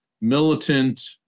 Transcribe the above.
militant